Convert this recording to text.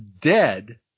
dead